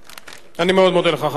אני מאוד מודה לך, חבר הכנסת זאב.